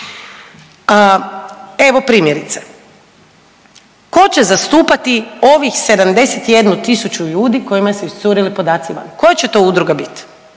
Evo primjerice. Tko će zastupati ovih 71000 ljudi kojima su iscurili podaci van. Koja će to udruga biti?